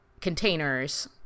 containers